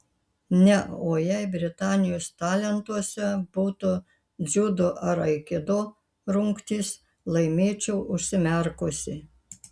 ne o jei britanijos talentuose būtų dziudo ar aikido rungtys laimėčiau užsimerkusi